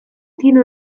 tiene